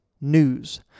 news